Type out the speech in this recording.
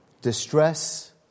distress